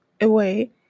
away